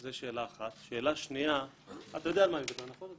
אתה יודע על מה אני מדבר, היו"ר, נכון?